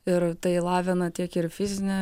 ir tai lavina tiek ir fizinę